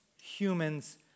humans